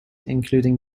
including